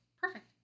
perfect